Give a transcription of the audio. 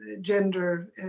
gender